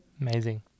Amazing